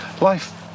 Life